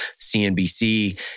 CNBC